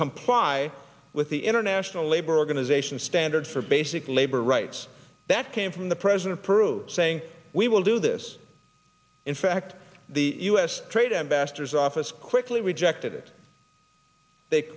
comply with the international labor organization standards for basic labor rights that came from the president proved saying we will do this in fact the u s trade embassadors office quickly rejected it they